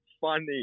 funny